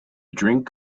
drink